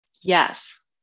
Yes